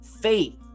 faith